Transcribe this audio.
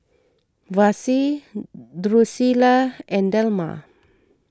Vassie Drucilla and Delmar